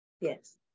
yes